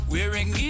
Wearing